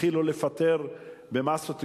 התחילו לפטר במאסות גדולות.